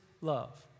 love